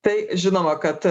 tai žinoma kad